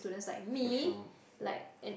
special